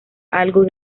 algo